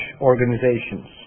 organizations